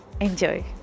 enjoy